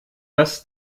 das